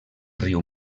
riu